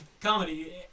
comedy